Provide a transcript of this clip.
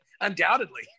Undoubtedly